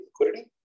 liquidity